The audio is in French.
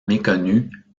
méconnu